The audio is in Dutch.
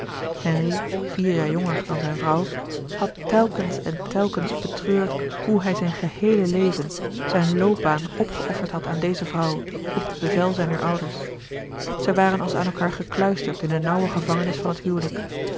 henri vier jaar jonger dan zijn vrouw had telkens en telkens betreurd hoe hij zijn geheele leven zijn loopbaan opgeofferd had aan deze vrouw op het bevel zijner ouders zij waren als aan elkaâr gekluisterd in de nauwe gevangenis van het huwelijk